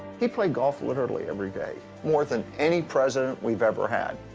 he played golf literally every day, more than any president we've ever had.